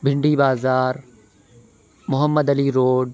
بھنڈی Bazaar Mohammed Ali road